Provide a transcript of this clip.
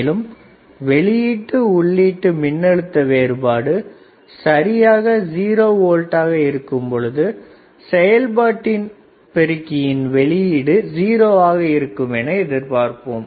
மேலும் வெளியீட்டு உள்ளீட்டு மின்னழுத்த வேறுபாடு சரியாக 0 வோல்ட் ஆக இருக்கும்போது செயல்பாட்டு பெருக்கியின் வெளியிடு 0 வாக இருக்கும் என எதிர்பார்ப்போம்